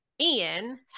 Ian